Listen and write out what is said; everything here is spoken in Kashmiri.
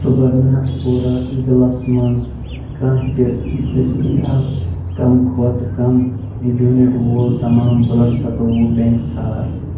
سُبرنا پوٗرہ ضِلعس منٛز کانٛہہ تہِ دٔستیاب کَم کھۄتہٕ کَم یوٗنِٹ وول تمام بٕلڈ سَتووُہ بٮ۪نٛک ژھار